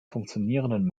funktionierenden